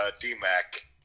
D-Mac